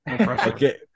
Okay